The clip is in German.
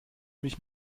mich